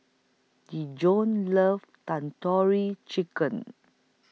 Dejon loves Tandoori Chicken